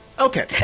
okay